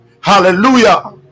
hallelujah